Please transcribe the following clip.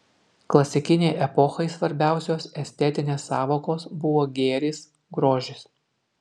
klasikinei epochai svarbiausios estetinės sąvokos buvo gėris grožis